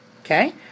Okay